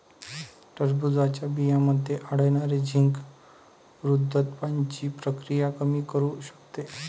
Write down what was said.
टरबूजच्या बियांमध्ये आढळणारे झिंक वृद्धत्वाची प्रक्रिया कमी करू शकते